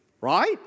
right